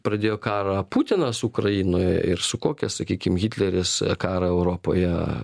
pradėjo karą putinas ukrainoje ir su kokia sakykim hitleris karą europoje